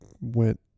went